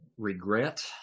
regret